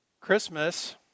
Christmas